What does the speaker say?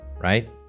right